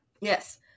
Yes